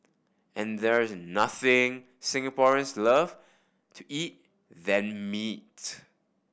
and there is nothing Singaporeans love to eat than meat